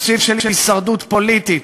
תקציב של הישרדות פוליטית,